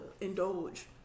indulge